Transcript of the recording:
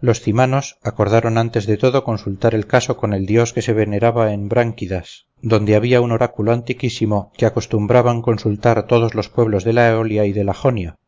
los cymanos acordaron antes de todo consultar el caso con el dios que se veneraba en branchidas donde había un oráculo antiquísimo que acostumbraban consultar todos los pueblos de la eolia y de la jonia